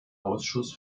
ausschuss